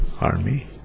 army